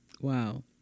Wow